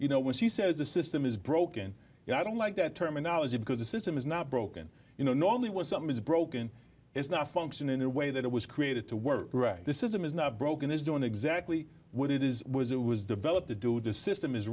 you know when she says the system is broken and i don't like that terminology because the system is not broken you know not only was something is broken it's not function in a way that it was created to work the system is not broken is doing exactly what it is was it was developed to do the system is